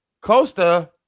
Costa